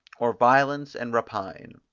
or violence and rapine.